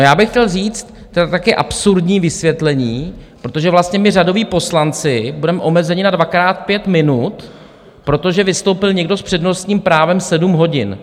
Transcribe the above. Já bych chtěl říct, to je taky absurdní vysvětlení, protože my, řadoví poslanci, budeme omezeni na dvakrát pět minut, protože vystoupil někdo s přednostním právem sedm hodin.